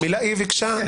היא ביקשה.